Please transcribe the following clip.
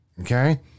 okay